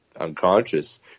unconscious